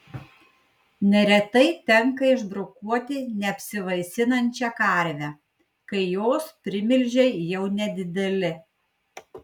neretai tenka išbrokuoti neapsivaisinančią karvę kai jos primilžiai jau nedideli